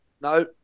No